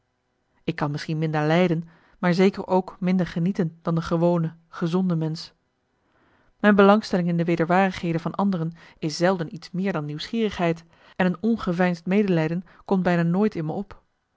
ik kan misschien minder lijden maar zeker ook minder genieten dan de gewone gezonde mensch mijn belangstelling in de wederwaardigheden van anderen is zelden iets meer dan nieuwsgierigheid en marcellus emants een nagelaten bekentenis een ongeveinsd medelijden komt bijna nooit in me op